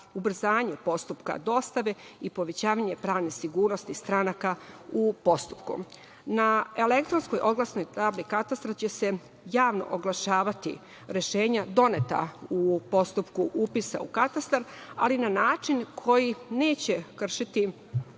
ubrzanje postupka dostave i povećavanje pravne sigurnosti stranaka u postupku. Na elektronskoj oglasnoj tabli katastra će se javno oglašavati rešenja doneta u postupku upisa u katastar, ali na način koji neće kršiti